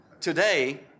Today